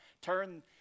Turn